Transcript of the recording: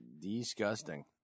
disgusting